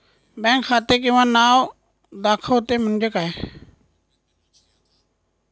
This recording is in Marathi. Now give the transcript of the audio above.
बँक खाते किंवा नाव दाखवते म्हणजे काय?